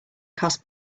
cost